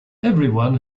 everyone